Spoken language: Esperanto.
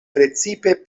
precipe